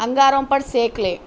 انگاروں پر سینک لے